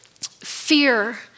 Fear